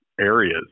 areas